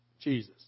Jesus